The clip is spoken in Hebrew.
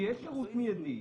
אז שיהיה שירות מיידי,